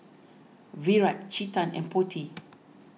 Virat Chetan and Potti